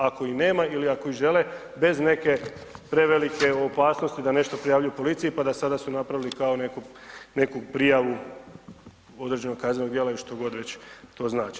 Ako i nema ili ako i žele bez neke prevelike opasnosti da nešto prijavljuje policiji, pa da sada su napravili kao neku prijavu određenog kaznenog dijela ili što god već to znači.